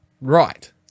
right